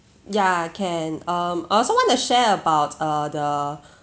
ya can um I also wanna share about uh the